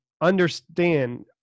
understand